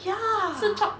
ya